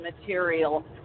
material